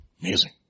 Amazing